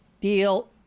deal